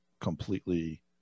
completely